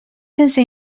sense